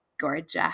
gorgeous